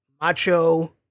macho